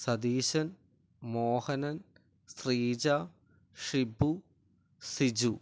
Satheesan Mohanan Sreeja Shibu Siju